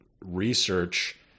research